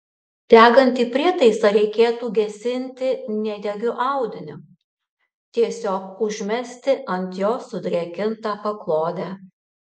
degantį prietaisą reikėtų gesinti nedegiu audiniu tiesiog užmesti ant jo sudrėkintą paklodę